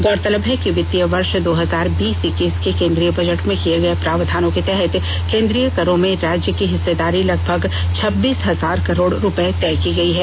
गौरतलब है कि वित्तीय वर्ष दो हजार बीस इक्कीस के केंद्रीय बजट में किए गए प्रावधानों के तहत केंद्रीय करों में राज्य की हिस्सेदारी लगभग छब्बीस हजार करोड़ रुपए तय की गई है